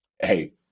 Hey